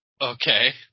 Okay